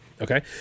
okay